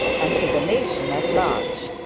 and to the nation at large.